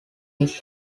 his